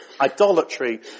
Idolatry